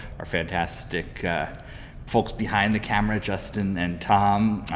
our fantastic folks behind the camera justin and tom,